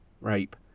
rape